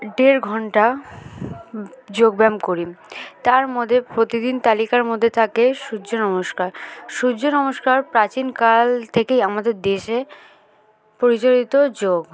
দেড় ঘণ্টা যোগব্যায়াম করি তার মধ্যে প্রতিদিন তালিকার মধ্যে থাকে সূর্য নমস্কার সূর্য নমস্কার প্রাচীনকাল থেকেই আমাদের দেশে প্রচলিত যোগ